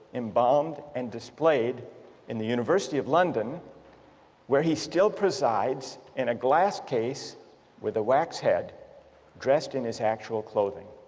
embalmed and displayed in the university of london where he still presides in a glass case with a wax head dressed in his actual clothing.